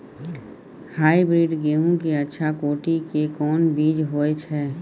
Hybrid गेहूं के अच्छा कोटि के कोन बीज होय छै?